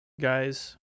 guys